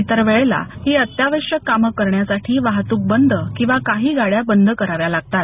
इतर वेळेला ही अत्यावश्यक कामे करण्यासाठी वाहतूक बंद किंवा काही गाडय़ा बंद कराव्या लागतता